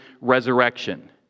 resurrection